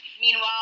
meanwhile